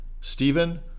Stephen